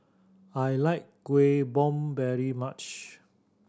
I like Kuih Bom very much